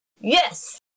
yes